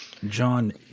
John